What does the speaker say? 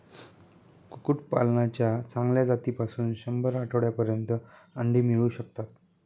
कुक्कुटपालनाच्या चांगल्या जातीपासून शंभर आठवड्यांपर्यंत अंडी मिळू शकतात